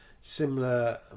similar